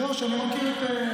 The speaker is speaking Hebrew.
אבל, אדוני היו"ר, תפריך את זה.